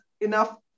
enough